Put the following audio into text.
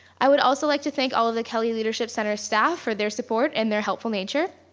i would also like to thank all of the kelley leadership center staff for their support and their helpful nature.